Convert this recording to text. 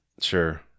Sure